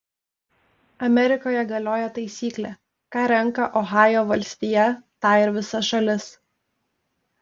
amerikoje galioja taisyklė ką renka ohajo valstija tą ir visa šalis